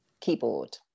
Keyboard